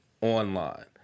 online